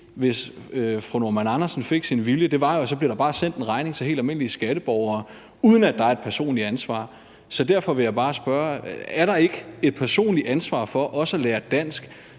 Kirsten Normann Andersen fik sin vilje, er jo, at der så bare bliver sendt en regning til helt almindelige skatteborgere, uden at der er en et personligt ansvar. Så derfor vil jeg bare spørge, om der ikke også er et personligt ansvar for at lære dansk.